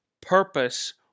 purpose